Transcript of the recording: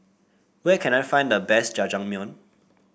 where can I find the best Jajangmyeon